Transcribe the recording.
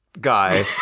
Guy